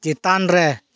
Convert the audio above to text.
ᱪᱮᱛᱟᱱ ᱨᱮ